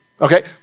Okay